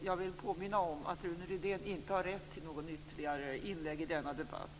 Jag vill erinra om att det här är en frågestund riktad till regeringen, inte en debatt mellan partier i kammaren.